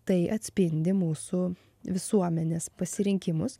tai atspindi mūsų visuomenės pasirinkimus